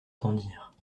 tendirent